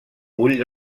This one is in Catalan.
ull